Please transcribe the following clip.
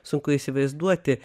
sunku įsivaizduoti